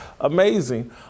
amazing